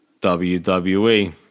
WWE